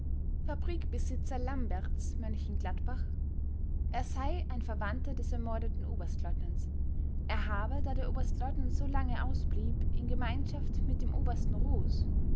fabrikbesitzer lambertz m gladbach er sei ein verwandter des ermordeten oberstleutnants er habe da der oberstleutnant so lange ausblieb in gemeinschaft mit dem obersten